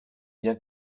bien